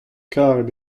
karet